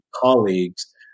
colleagues